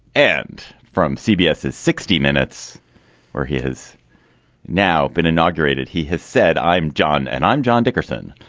and from cbs is sixty minutes or he has now been inaugurated. he has said i'm john and i'm john dickerson